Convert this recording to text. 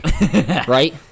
right